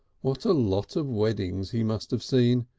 what a lot of weddings he must have seen!